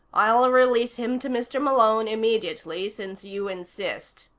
i'll release him to mr. malone immediately, since you insist.